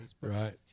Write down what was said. Right